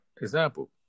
Example